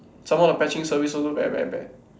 some more the patching service also very very bad